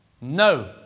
No